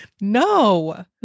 No